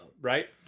right